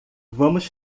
vamos